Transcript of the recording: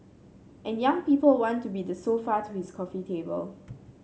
and young people want to be the sofa to his coffee table